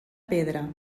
pedra